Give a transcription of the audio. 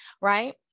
Right